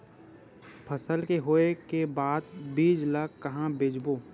फसल के होय के बाद बीज ला कहां बेचबो?